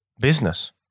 business